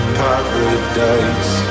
paradise